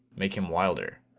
make him wilder.